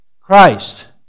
Christ